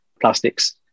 plastics